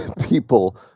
people